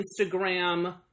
Instagram